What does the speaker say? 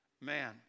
man